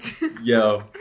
Yo